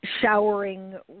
showering